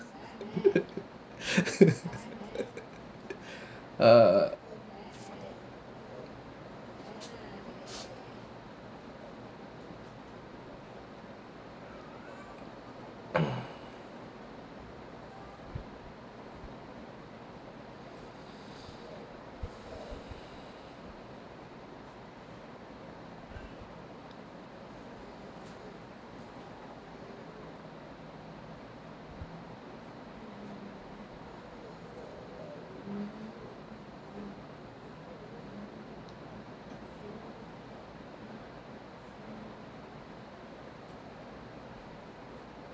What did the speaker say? uh